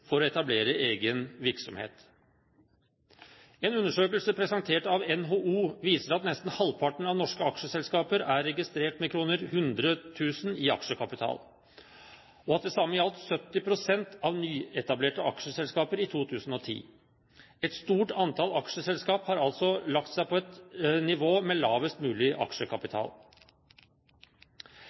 for å etablere egen virksomhet. En undersøkelse presentert av NHO viser at nesten halvparten av norske aksjeselskaper er registrert med 100 000 kr i aksjekapital, og at det samme gjaldt 70 pst. av nyetablerte aksjeselskaper i 2010. Et stort antall aksjeselskaper har altså lagt seg på et nivå med lavest mulig aksjekapital.